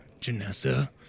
Janessa